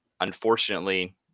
unfortunately